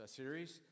series